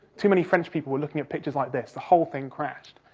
too many french people were looking at pictures like this, the whole thing crashed.